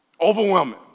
Overwhelming